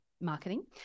marketing